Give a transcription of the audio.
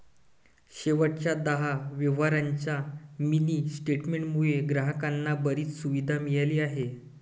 शेवटच्या दहा व्यवहारांच्या मिनी स्टेटमेंट मुळे ग्राहकांना बरीच सुविधा मिळाली आहे